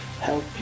help